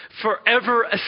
forever